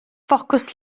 ffocws